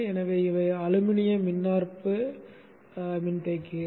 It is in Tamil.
எனவே இவை அலுமினிய மின்னாற்பகுப்பு மின்தேக்கிகள்